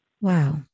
Wow